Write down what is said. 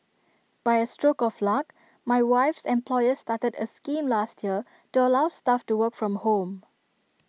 by A stroke of luck my wife's employer started A scheme last year to allow staff to work from home